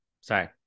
Sorry